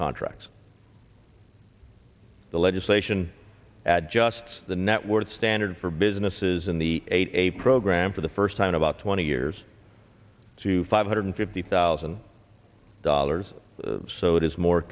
contracts the legislation at just the net worth standard for businesses in the a program for the first time in about twenty years to five hundred fifty thousand dollars so it is more